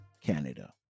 canada